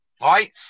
Right